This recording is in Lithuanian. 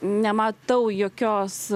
nematau jokios